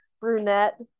brunette